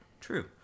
True